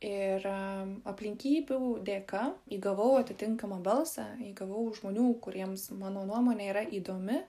ir aplinkybių dėka įgavau atitinkamą balsą įgavau žmonių kuriems mano nuomonė yra įdomi